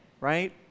right